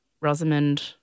Rosamond